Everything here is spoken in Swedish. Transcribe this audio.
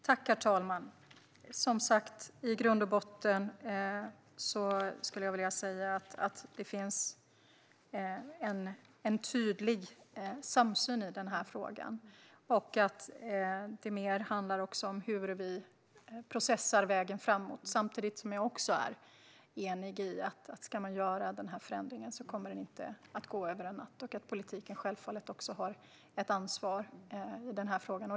Herr talman! I grund och botten finns det en tydlig samsyn i denna fråga. Det handlar mer om hur vi processar vägen framåt. Samtidigt är jag enig i att om denna förändring ska göras kommer det inte att gå över en natt. Politiken har självfallet ett ansvar.